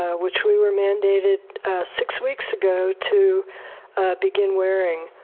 ah which we were mandated six weeks ago to begin wearing,